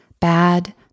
bad